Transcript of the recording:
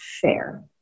Fair